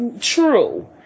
true